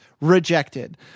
rejected